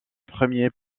premier